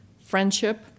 friendship